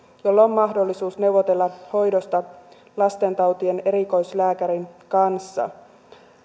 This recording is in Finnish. jolla on mahdollisuus neuvotella hoidosta lastentautien erikoislääkärin kanssa